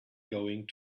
going